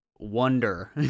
wonder